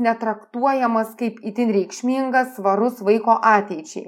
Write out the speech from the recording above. netraktuojamas kaip itin reikšmingas svarus vaiko ateičiai